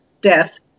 death